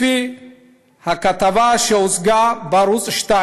לפי הכתבה שהוצגה בערוץ 2